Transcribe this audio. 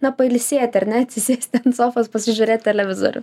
na pailsėti ar ne atsisėsti ant sofos pasižiūrėt televizorių